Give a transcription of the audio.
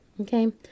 Okay